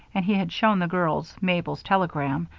and he had shown the girls mabel's telegram,